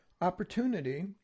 opportunity